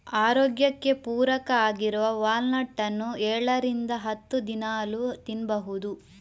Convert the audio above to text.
ಆರೋಗ್ಯಕ್ಕೆ ಪೂರಕ ಆಗಿರುವ ವಾಲ್ನಟ್ ಅನ್ನು ಏಳರಿಂದ ಹತ್ತು ದಿನಾಲೂ ತಿನ್ಬಹುದು